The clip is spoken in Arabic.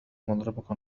مضربك